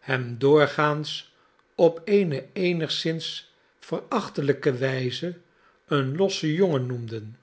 hem doorgaans op eene eenigszins verachtelijke wijze een lossen jongen noemden